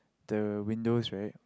there windows right